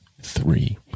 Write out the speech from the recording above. three